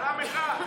בלם אחד,